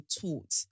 taught